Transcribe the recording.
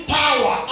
power